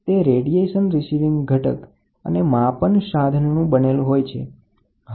તે radiation receiving ઘટક અને માપન સાધનનું બનેલું હોય છે